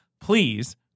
please